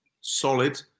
solid